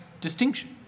distinction